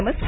नमस्कार